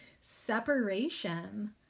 separation